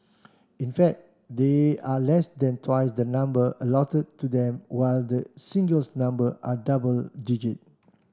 in fact they are less than twice the number allotted to them while the singles number are double digit